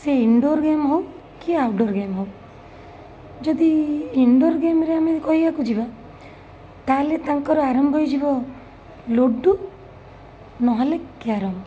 ସେ indoor game ହଉ କି ଆଉଟ୍ଡ଼ୋର୍ ଗେମ୍ ହଉ ଯଦି ଇନଡ଼ୋର୍ ଗେମ୍ ରେ ଆମେ କହିବାକୁ ଯିବା ତାହେଲେ ତାଙ୍କର ଆରମ୍ଭ ହେଇଯିବ ଲୁଡ଼ୁ ନହେଲେ କ୍ୟାରମ